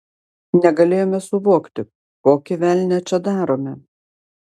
negalėjome suvokti kokį velnią čia darome